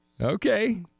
Okay